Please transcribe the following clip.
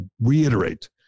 reiterate